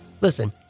Listen